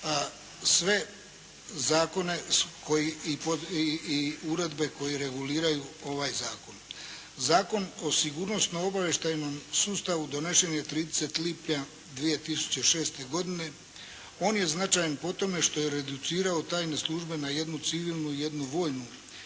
sve zakone i uredbe koje reguliraju ovaj zakon. Zakon o sigurnosno obavještajnom sustavu donesen je 30. lipnja 2006. godine. On je značajan po tome što je reducirao tajne službe na jednu civilnu i jednu vojnu,